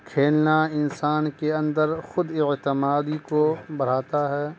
کھیلنا انسان کے اندر خود اعتمادی کو بڑھاتا ہے